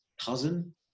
cousin